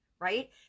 right